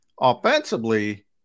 offensively